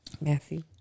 Matthew